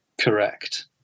correct